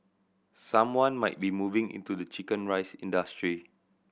someone might be moving into the chicken rice industry